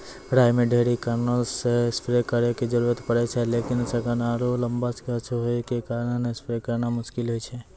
राई मे ढेरी कारणों से स्प्रे करे के जरूरत पड़े छै लेकिन सघन आरु लम्बा गाछ होय के कारण स्प्रे करना मुश्किल होय छै?